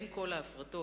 אם כל ההפרטות,